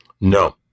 No